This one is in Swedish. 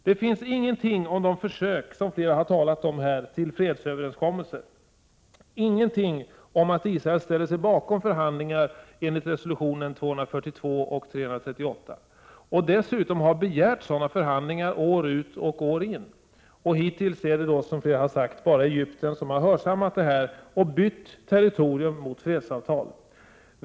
Det finns ingenting om de försök som flera har talat om här till fredsöverenskommelse, ingenting om att Israel ställer sig bakom förhandlingar enligt resolutionerna 242 och 338 och dessutom har begärt sådana förhandlingar år ut och'år in. Hittills är det, som flera har sagt, bara Egypten som har hörsammat detta och bytt territorium mot fredsavtal.